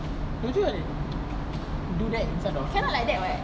don't you want to do that inside of the office